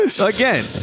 Again